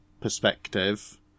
perspective